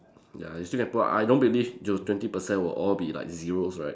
ya you still can pull up I don't believe you twenty percent will all be like zeros right